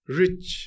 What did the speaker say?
rich